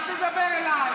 כשיסתבר, לא מדבר אליך.